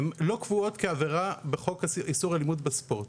הן לא קבועות כעבירה בחוק איסור אלימות בספורט.